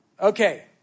okay